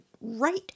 right